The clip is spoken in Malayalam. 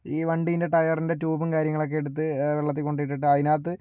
ഈ വണ്ടീൻ്റെ ടയറിൻ്റെ ട്യൂബും കാര്യങ്ങളൊക്കെ എടുത്ത് വെള്ളത്തിൽ കൊണ്ടിട്ടിട്ട് അതിനകത്ത്